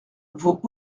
vaut